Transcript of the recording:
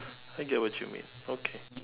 I get what you mean okay